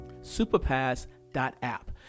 superpass.app